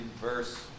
verse